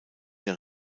der